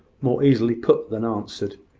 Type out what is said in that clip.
more easily put than answered,